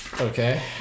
Okay